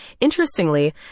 Interestingly